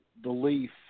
belief